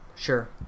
Sure